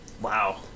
Wow